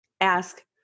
ask